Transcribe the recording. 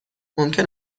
ممکن